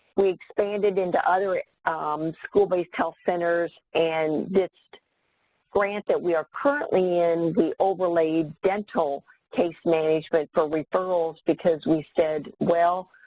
we expanded into other ah um school-based health centers and this grant that we are currently in the overlaid dental case management for referrals because we said, well,